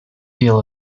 deal